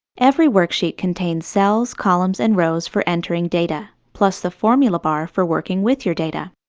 every worksheet contains cells, columns, and rows for entering data, plus the formula bar for working with your data.